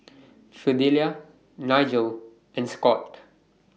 Fidelia Nigel and Scott